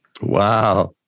Wow